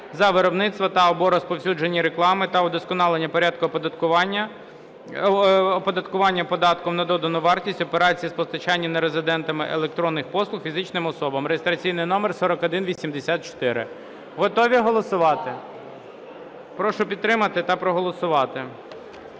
за виробництво та/або розповсюдження реклами та удосконалення порядку оподаткування податком на додану вартість операцій з постачання нерезидентами електронних послуг фізичним особам (реєстраційний номер 4184). Готові голосувати? Прошу підтримати та проголосувати.